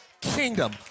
kingdom